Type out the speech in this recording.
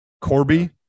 corby